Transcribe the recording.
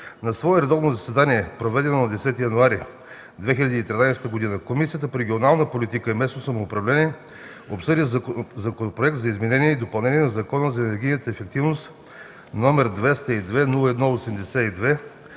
На свое редовно заседание, проведено на 10 януари 2013 г., Комисията по регионална политика и местно самоуправление обсъди Законопроект за изменение и допълнение на Закона за енергийната ефективност, № 202-01-82,